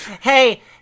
Hey